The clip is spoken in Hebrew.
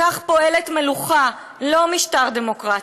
כך פועלת מלוכה, לא משטר דמוקרטי,